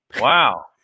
Wow